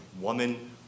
woman